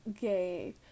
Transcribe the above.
gay